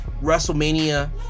WrestleMania